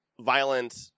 violent